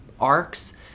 arcs